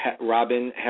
robin